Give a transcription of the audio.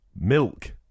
milk